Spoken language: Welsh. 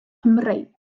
cymreig